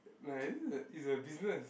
it's a business